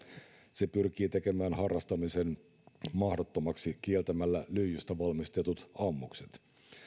se pyrkii tekemään harrastamisen mahdottomaksi kieltämällä lyijystä valmistetut ammukset